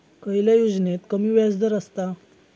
खयल्या योजनेत कमी व्याजदर असता?